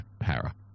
Para